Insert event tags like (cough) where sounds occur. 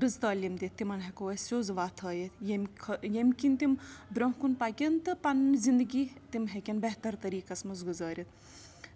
رٕژ تٲلیٖم دِتھ تِمَن ہٮ۪کو أسۍ سیوٚذ وَتھ ہٲیِتھ ییٚمہِ (unintelligible) ییٚمہِ کِنۍ تِم برٛونٛہہ کُن پَکَن تہٕ پَنٕنۍ زندگی تِم ہٮ۪کَن بہتر طٔریٖقَس منٛز گُزٲرِتھ